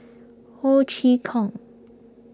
Ho Chee Kong